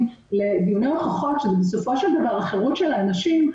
לדיוני הוכחות שזה בסופו של דבר חירות אנשים,